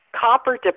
Copper